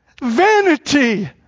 Vanity